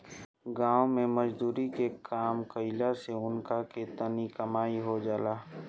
गाँव मे मजदुरी के काम कईला से उनका के तनी कमाई हो जाला